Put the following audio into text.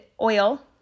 oil